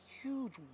huge